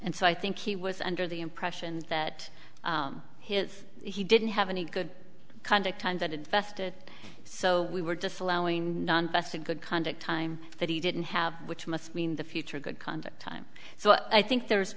and so i think he was under the impression that his he didn't have any good conduct that invested so we were disallowing best a good conduct time that he didn't have which must mean the future good conduct time so i think there's